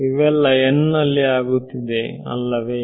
ಇವೆಲ್ಲಾ n ನಲ್ಲಿ ಆಗುತ್ತಿವೆ ಅಲ್ಲವೇ